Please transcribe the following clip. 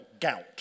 Gout